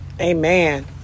Amen